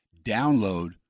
download